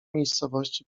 miejscowości